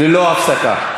ללא הפסקה.